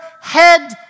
head